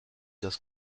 das